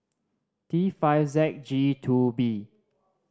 T five Z G Two B